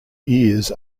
ears